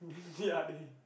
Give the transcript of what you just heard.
ya they